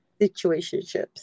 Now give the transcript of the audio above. situationships